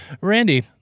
randy